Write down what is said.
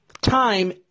time